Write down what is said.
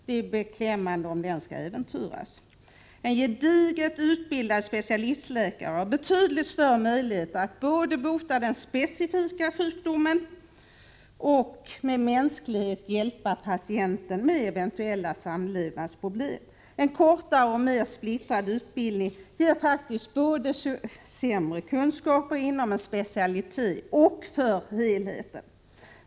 Det är beklämmande om den skall äventyras. En gediget utbildad specialistläkare har betydligt större möjligheter att både bota den specifika sjukdomen och med mänsklighet hjälpa patienten med eventuella samlevnadsproblem. En kortare och mer splittrad utbildning ger faktiskt både sämre kunskaper inom en specialitet och för helheten.